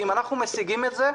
אם אנחנו משיגים את זה,